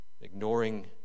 ignoring